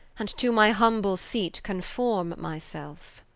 and to my humble seat conforme my selfe